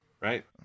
right